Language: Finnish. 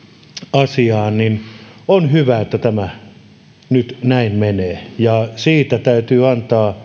asiaan on hyvä että tämä nyt näin menee ja siitä täytyy antaa